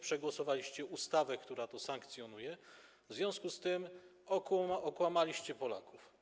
Przegłosowaliście ustawę, która to sankcjonuje, w związku z tym okłamaliście Polaków.